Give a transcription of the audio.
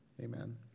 Amen